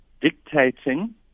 dictating